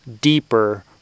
deeper